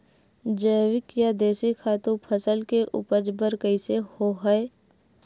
जैविक या देशी खातु फसल के उपज बर कइसे होहय?